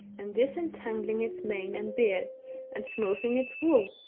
and disentangling its mane and beard and smoothing its wool.